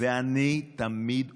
ואני תמיד אומר: